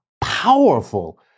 powerful